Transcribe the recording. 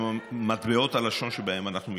ובמטבעות הלשון שבהם אנחנו משתמשים.